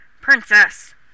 Princess